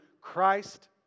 Christ